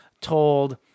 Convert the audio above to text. told